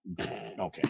Okay